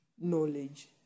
knowledge